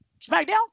SmackDown